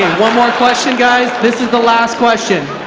one more question guys. this is the last question.